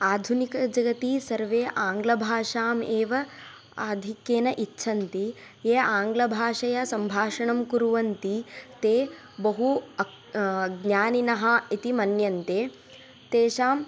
आधुनिकजगति सर्वे आङ्ग्लभाषाम् एव आधिक्येन इच्छन्ति ये आङ्ग्लभाषया सम्भाषणं कुर्वन्ति ते बहु ज्ञानिनः इति मन्यन्ते तेषाम्